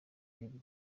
ibihumbi